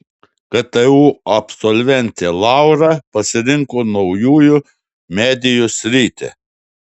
ktu absolventė laura pasirinko naujųjų medijų sritį